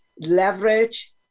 leverage